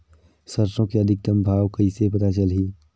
सरसो के अधिकतम भाव कइसे पता चलही?